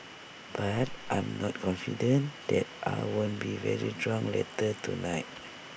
but I am not confident that I won't be very drunk later tonight